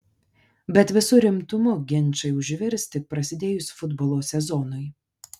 bet visu rimtumu ginčai užvirs tik prasidėjus futbolo sezonui